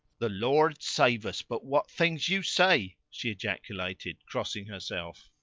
the lord save us, but what things you say! she ejaculated, crossing herself.